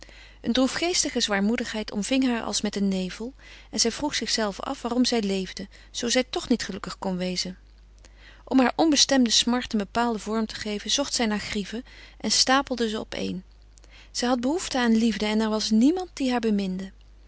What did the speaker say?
een droefgeestige zwaarmoedigheid omving haar als met een nevel en zij vroeg zichzelve af waarom zij leefde zoo zij toch niet gelukkig kon wezen om haar onbestemde smart een bepaalden vorm te geven zocht zij naar grieven en stapelde ze opeen zij had behoefte aan liefde en er was niemand die haar beminde